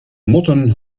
motten